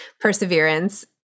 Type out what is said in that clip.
perseverance